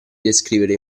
descrivere